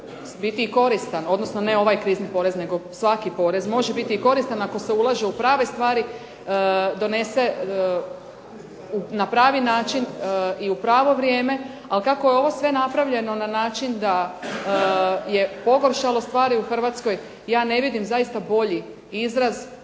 biti i koristan, odnosno ne ovaj krizni porez, nego svaki porez može biti koristan ako se ulaže u prave stvari, donese na pravi način i u pravo vrijeme, ali kako je ovo sve napravljeno na način da je pogoršalo stvari u Hrvatskoj ja ne vidim zaista bolji izraz